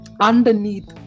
underneath